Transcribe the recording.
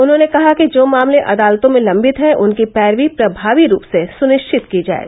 उन्होंने कहा कि जो मामले अदालतों मे लम्बित हैं उनकी पैरवी प्रभावी रूप से सुनिश्चित की जाये